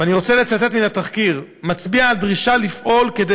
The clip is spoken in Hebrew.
ואני רוצה לצטט מן התחקיר: מצביע על דרישה לפעול כדי